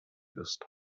ist